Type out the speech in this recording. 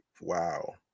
wow